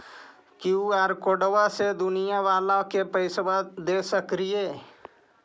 QR कोडबा से दुकनिया बाला के पैसा दे सक्रिय?